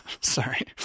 Sorry